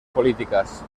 políticas